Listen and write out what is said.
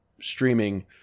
streaming